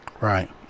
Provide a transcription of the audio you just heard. Right